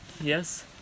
Yes